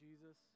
Jesus